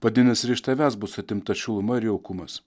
vadinasi ir iš tavęs bus atimta šiluma ir jaukumas